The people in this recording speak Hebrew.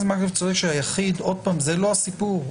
היחיד זה לא הסיפור.